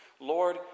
Lord